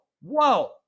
whoa